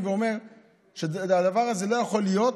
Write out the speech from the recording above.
במשרד הכלכלה ואמר שהדבר הזה לא יכול להיות,